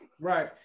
Right